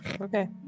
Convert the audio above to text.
Okay